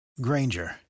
Granger